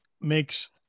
makes